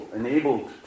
enabled